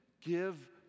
give